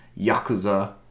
Yakuza